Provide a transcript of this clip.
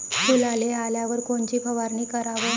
फुलाले आल्यावर कोनची फवारनी कराव?